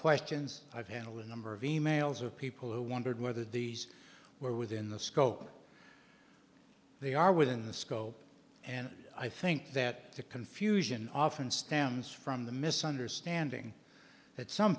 questions i've handled a number of e mails of people who wondered whether these were within the scope they are within the scope and i think that the confusion often stems from the misunderstanding that some